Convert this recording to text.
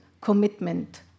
commitment